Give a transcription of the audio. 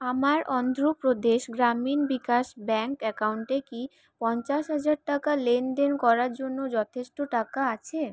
আমার অন্ধ্রপ্রদেশ গ্রামীণ বিকাশ ব্যাঙ্ক অ্যাকাউন্টে কি পঞ্চাশ হাজার টাকা লেনদেন করার জন্য যথেষ্ট টাকা আছে